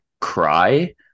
cry